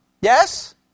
Yes